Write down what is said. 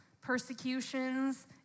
persecutions